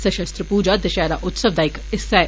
सशस्त्र पूजा दशैहरा उत्सव दा इक हिस्सा ऐ